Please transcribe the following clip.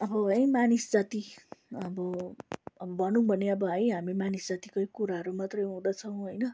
अब है मानिस जाति अब अब भनौँ भने अब है हामी मानिस जातिकै कुराहरू मात्रै हुँदछौँ होइन